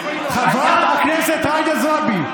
חברת הכנסת זועבי,